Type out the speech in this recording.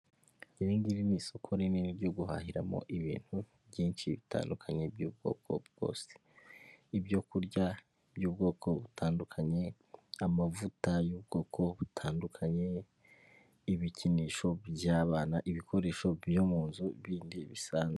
Iri ngiri ni isoko rinini ryo guhahiramo ibintu byinshi bitandukanye by'ubwoko bwose, ibyo kurya by'ubwoko butandukanye, amavuta y'ubwoko butandukanye, ibikinisho by'abana, ibikoresho byo mu nzu bindi bisanzwe.